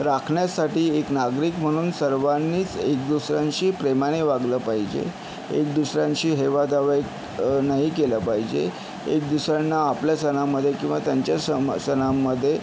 राखण्यासाठी एक नागरिक म्हणून सर्वांनीच एक दुसऱ्यांशी प्रेमाने वागलं पाहिजे एक दुसऱ्यांशी हेवेदावे नाही केले पाहिजे एक दुसऱ्यांना आपल्या सणामध्ये किंवा त्यांच्या सणांमध्ये